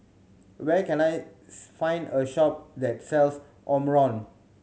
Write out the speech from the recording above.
where can I find a shop that sells Omron